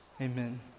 Amen